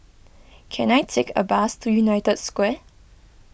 can I take a bus to United Square